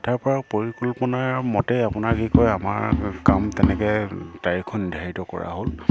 তাৰ পৰা আৰু পৰিকল্পনাৰ মতেই আপোনাৰ কি কয় আমাৰ কাম তেনেকে তাৰিখো নিৰ্ধাৰিত কৰা হ'ল